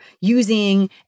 using